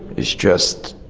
it's just